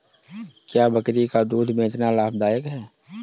क्या बकरी का दूध बेचना लाभदायक है?